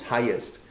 Highest